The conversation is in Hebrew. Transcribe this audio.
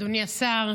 אדוני השר,